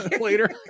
later